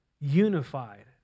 unified